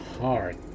hard